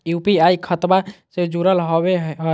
UPI खतबा से जुरल होवे हय?